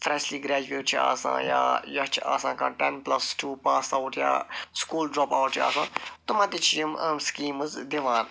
freshly graduate چھِ آسان یا یۄس چھِ آسان کانٛہہ ten plus two pass out یا سکوٗل جاب آوُٹ چھِ آسان تِمن تہِ چھِ یِم سِکیٖمز دِوان